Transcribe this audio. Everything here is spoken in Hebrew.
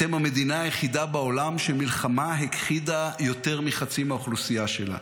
אתם המדינה היחידה בעולם שמלחמה הכחידה יותר מחצי מהאוכלוסייה שלה.